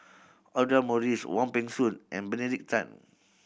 Audra Morrice Wong Peng Soon and Benedict Tan